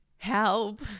help